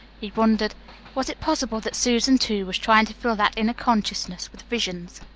he wondered was it possible that susan, too, was trying to fill that inner consciousness with visions?